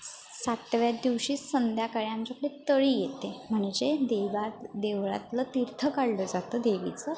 सातव्या दिवशी संध्याकाळी आमच्याकडे तळी येते म्हणजे देवात देवळातलं तीर्थ काढलं जातं देवीचं